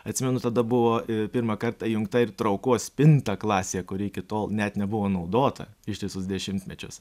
atsimenu tada buvo pirmą kartą įjungta ir traukos spinta klasėje kuri iki tol net nebuvo naudota ištisus dešimtmečius